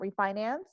refinance